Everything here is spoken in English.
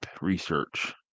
research